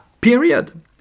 Period